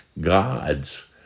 gods